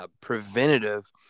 preventative